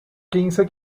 quince